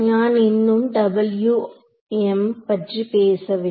நான் இன்னும் பற்றி பேசவில்லை